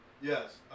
Yes